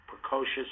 precocious